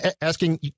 asking